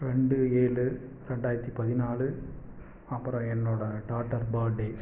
ரெண்டு ஏழு ரெண்டாயிரத்தி பதினாலு அப்புறம் என்னோடய டாட்டர் பர்ட்டேஸ்